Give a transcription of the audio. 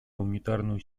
гуманитарную